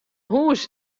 hûs